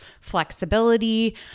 flexibility